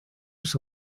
was